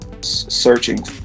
searching